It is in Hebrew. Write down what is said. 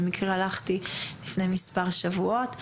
במקרה הלכתי לפני מספר שבועות,